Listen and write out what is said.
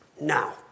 Now